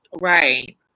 Right